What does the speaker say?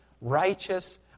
righteous